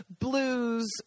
blues